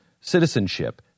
citizenship